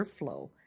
airflow